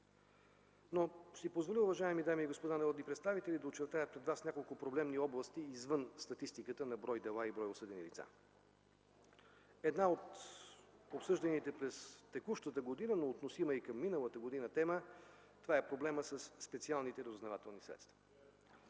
представители, ще си позволя да очертая пред вас няколко проблемни области извън статистиката на брой дела и брой осъдени лица. Една от обсъжданите през текущата година, но относима и към миналата година тема е проблемът със специалните разузнавателни средства.